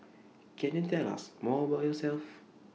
can you tell us more about yourself